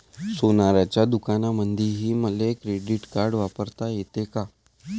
सोनाराच्या दुकानामंधीही मले क्रेडिट कार्ड वापरता येते का?